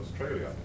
Australia